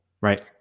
right